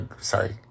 sorry